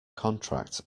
contract